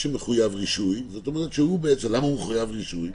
שמחויב רישוי למה הוא מחויב רישוי?